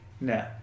no